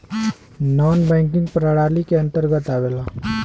नानॅ banking प्रणाली के अंतर्गत आवेला